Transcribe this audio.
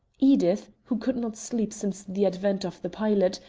edith, who could not sleep since the advent of the pilot,